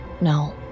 No